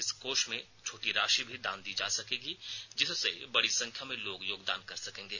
इस कोष में छोटी राशि भी दान दी जा सकेगी जिससे बड़ी संख्या में लोग योगदान कर सकेंगे